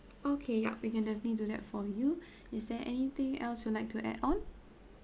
okay ya we can definitely do that for you is there anything else you'd like to add on